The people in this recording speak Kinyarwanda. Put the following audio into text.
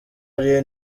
ari